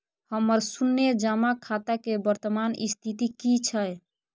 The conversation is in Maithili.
हमर शुन्य जमा खाता के वर्तमान स्थिति की छै?